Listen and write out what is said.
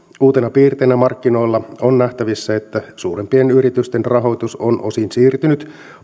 uutena piirteenä markkinoilla on nähtävissä että suurempien yritysten rahoitus on osin siirtynyt